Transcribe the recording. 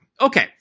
Okay